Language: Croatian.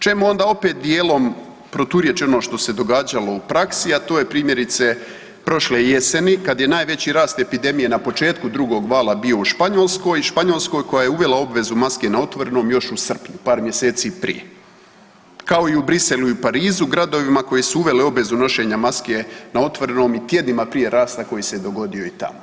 Čemu onda opet dijelom proturječje ono što se događalo u praksi, a to je primjerice prošle jeseni kad je najveći rast epidemije na početku drugog vala bio u Španjolskoj, Španjolskoj koja je uvela obvezu maske na otvorenom još u srpnju, par mjeseci prije, kao i u Briselu i u Parizu, gradovima koji su uveli obvezu nošenja maske na otvorenom i tjednima prije rasta koji se dogodio i tamo.